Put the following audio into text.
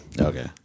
Okay